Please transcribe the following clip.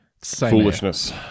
Foolishness